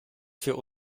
für